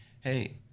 hey